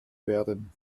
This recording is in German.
werden